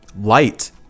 light